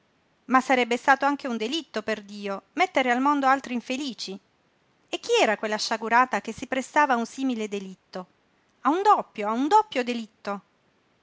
ma sarebbe stato anche un delitto perdio mettere al mondo altri infelici e chi era quella sciagurata che si prestava a un simile delitto a un doppio a un doppio delitto